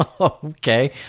Okay